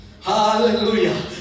Hallelujah